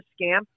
scam